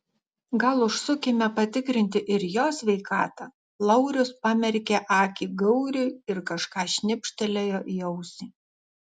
gal užsukime patikrinti ir jo sveikatą laurius pamerkė akį gauriui ir kažką šnibžtelėjo į ausį